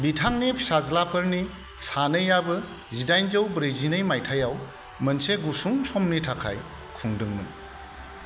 बिथांनि फिसाज्लाफोरनि सानैयाबो जिडाइनजौ ब्रैजिनै माइथायाव मोनसे गुसुं समनि थाखाय खुंदोंमोन